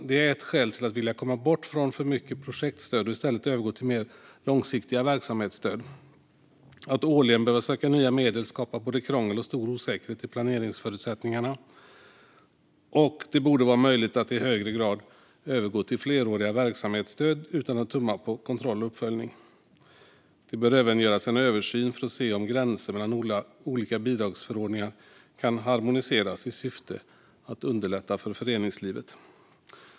Det är ett skäl till att vilja komma bort från för mycket projektstöd och i stället övergå till mer långsiktiga verksamhetsstöd. Att årligen behöva söka nya medel skapar både krångel och stor osäkerhet i planeringsförutsättningarna. Det borde vara möjligt att i högre grad övergå till fleråriga verksamhetsstöd utan att tumma på kontroll och uppföljning. Det bör även göras en översyn för att se om gränser mellan olika bidragsförordningar kan harmoniseras i syfte att underlätta för föreningslivet.